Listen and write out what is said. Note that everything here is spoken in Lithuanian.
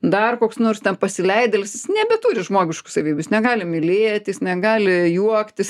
dar koks nors ten pasileidėlis jis nebeturi žmogiškų savybių jis negali mylėti jis negali juoktis